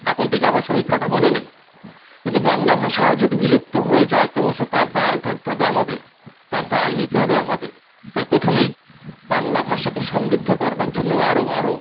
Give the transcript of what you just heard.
এখন ঠিক আমার সমীক্ষাটা মনে নেই কিন্তু বাংলা ভাষা যদি বিলুপ্ত হয়ে যায় ক্রমশ তার দায় থাকতে হবে আমাদের তার দায় নিতে হবে আমাদের তাই প্রথমেই বাংলা ভাষাকে সমৃদ্ধ করবার জন্য আরও আরও